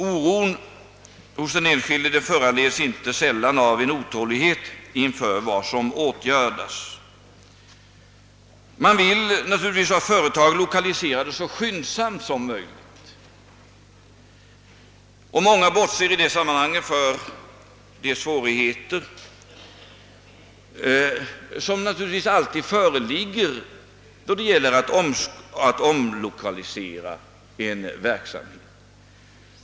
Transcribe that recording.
Oron hos den enskilde föranleds inte sällan av en otålighet inför vad som åtgöres. Man vill naturligtvis ha företag lokaliserade så skyndsamt som möjligt, och många bortser i det sammanhanget från de svårigheter som naturligtvis alltid föreligger då det gäller att omlokalisera en verksamhet.